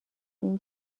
این